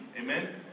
Amen